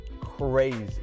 crazy